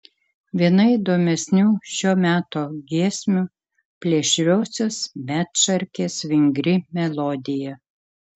viena įdomesnių šio meto giesmių plėšriosios medšarkės vingri melodija